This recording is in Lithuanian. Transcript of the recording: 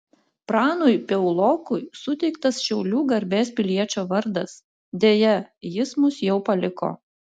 pranui piaulokui suteiktas šiaulių garbės piliečio vardas deja jis mus jau paliko